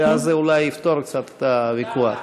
ואז זה אולי יפתור קצת את הוויכוח.